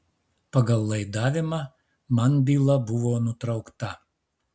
pagal laidavimą man byla buvo nutraukta